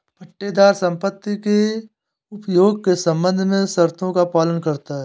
पट्टेदार संपत्ति के उपयोग के संबंध में शर्तों का पालन करता हैं